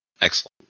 Excellent